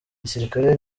gisirikare